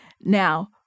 Now